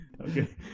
Okay